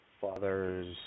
father's